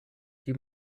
die